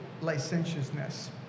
licentiousness